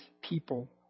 people